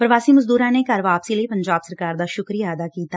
ਪ੍ਵਾਸੀ ਮਜ਼ਦੂਰਾਂ ਨੇ ਘਰ ਵਾਪਸੀ ਲਈ ਪੰਜਾਬ ਸਰਕਾਰ ਦਾ ਸੁਕਰੀਆ ਅਦਾ ਕੀਤਾ